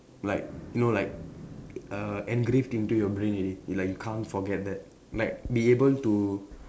like you know like err engraved into your brain already like you can't forget that like be able to